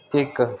ਇੱਕ